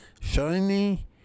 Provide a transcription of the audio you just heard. shiny